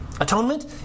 Atonement